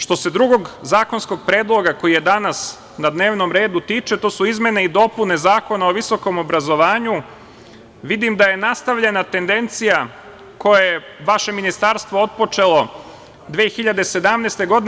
Što se tiče drugog zakonskog predloga, koji je danas na dnevnom redu, to su izmene i dopune Zakona o visokom obrazovanju, vidim da je nastavljena tendencija koju je vaše ministarstvo otpočelo 2017. godine.